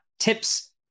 tips